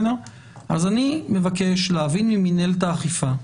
אז אני מבקש להבין ממינהלת האכיפה,